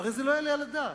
הרי זה לא יעלה על הדעת.